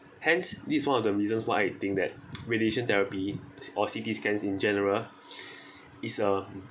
hence this is one of the reasons why I think that radiation therapy or C_T scans in general is a